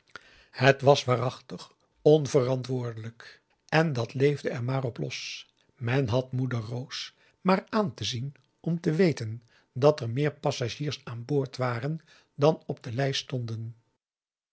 het was waarachtig onverantwoordelijk en dat leefde er maar op los men had moeder roos maar aan te zien om te weten dat er meer passagiers aan boord waren dan op de lijst stonden